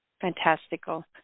fantastical